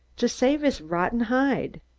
to save his rotten hide.